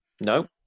No